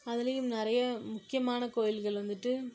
அதுலேயும் நிறைய முக்கியமான கோயில்கள் வந்துட்டு